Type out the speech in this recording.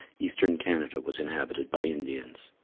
eastern canada was inhabited by indians.